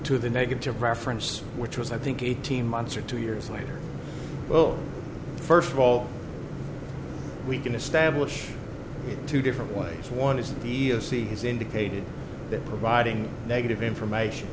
to the negative reference which was i think eighteen months or two years later well first of all we can establish two different ways one is that the e e o c has indicated that providing negative information